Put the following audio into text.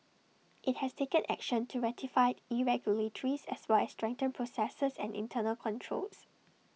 IT has taken action to rectify irregularities as well as strengthen processes and internal controls